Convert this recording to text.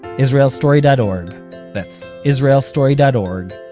israelstory dot org that's israelstory dot org,